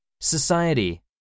Society